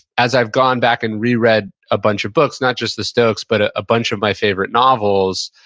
as i've gone back and reread a bunch of books, not just the stoics but ah a bunch of my favorite novels,